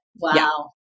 Wow